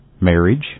marriage